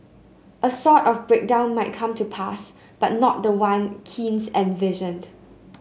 a sort of breakdown might come to pass but not the one Keynes envisioned